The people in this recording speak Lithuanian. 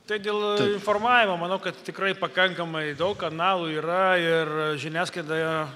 tai dėl informavimo manau kad tikrai pakankamai daug kanalų yra ir žiniasklaidoje